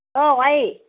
औ आयै